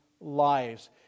lives